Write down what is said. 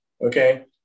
Okay